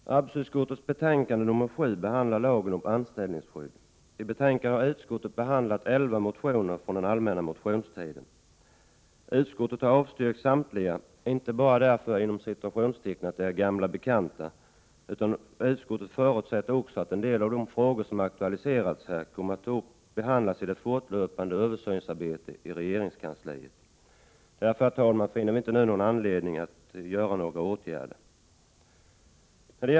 Herr talman! Arbetsmarknadsutskottets betänkande nr 7 gäller lagen om anställningsskydd. I betänkandet har utskottet behandlat elva motioner från allmänna motionstiden. Utskottet har avstyrkt samtliga, inte bara därför att de flesta är ”gamla bekanta”, utan också därför att utskottet förutsätter att en del av de i motionerna aktualiserade frågorna behandlas i regeringskansliet i det fortlöpande arbetet med en översyn av arbetsrätten. Därför, herr talman, finner vi inte nu någon anledning att vidta några åtgärder.